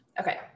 okay